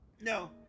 No